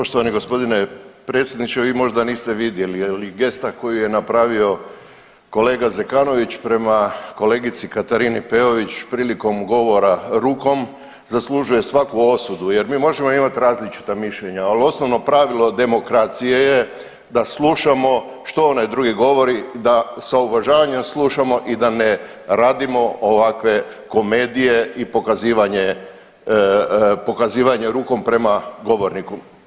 Poštovani g. predsjedniče, vi možda niste vidjeli je li gesta koju je napravio kolega Zekanović prema kolegici Katarini Peović prilikom govora rukom zaslužuje svaku osudu jer mi možemo imat različita mišljenja, al osnovno pravilo demokracije je da slušamo što onaj drugi govori, da sa uvažavanjem slušamo i da ne radimo ovakve komedije i pokazivanje, pokazivanje rukom prema govorniku.